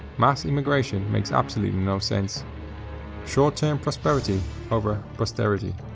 mass immigration makes absolutely no sense short-term prosperity over posterity.